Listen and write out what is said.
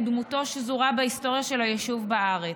ודמותו שזורה בהיסטוריה של היישוב בארץ.